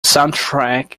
soundtrack